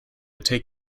take